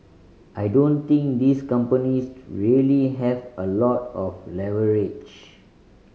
I don't think these companies really have a lot of leverage